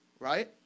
right